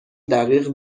دقیق